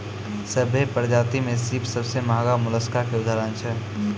सभ्भे परजाति में सिप सबसें महगा मोलसका के उदाहरण छै